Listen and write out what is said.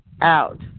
out